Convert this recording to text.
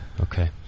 Okay